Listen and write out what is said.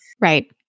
Right